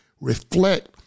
reflect